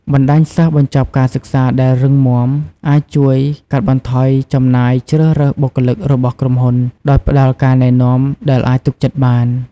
បណ្តាញសិស្សបញ្ចប់ការសិក្សាដែលរឹងមាំ អាចជួយកាត់បន្ថយចំណាយជ្រើសរើសបុគ្គលិករបស់ក្រុមហ៊ុន ដោយផ្តល់ការណែនាំដែលអាចទុកចិត្តបាន។